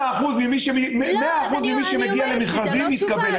100% ממי שמגיע למכרזים מתקבל.